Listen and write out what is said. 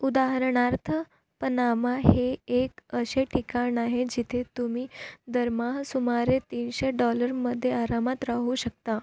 उदाहरणार्थ पनामा हे एक असे ठिकाण आहे जिथे तुम्ही दरमहा सुमारे तीनशे डॉलरमध्ये आरामात राहू शकता